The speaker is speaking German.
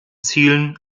zielen